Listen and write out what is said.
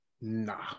nah